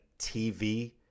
TV